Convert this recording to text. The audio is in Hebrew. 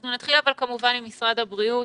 אנחנו נתחיל כמובן עם משרד הבריאות.